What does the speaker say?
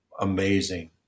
amazing